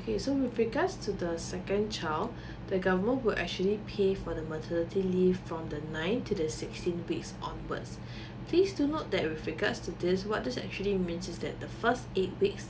okay so with regards to the second child the government will actually pay for the maternity leave from the nine to the sixteen weeks onwards please do note that with regards to this what this actually means is that the first eight weeks